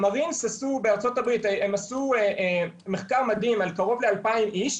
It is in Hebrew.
המרינס בארצות-הברית עשו מחקר מדהים על קרוב ל-2,000 איש,